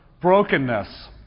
brokenness